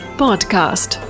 podcast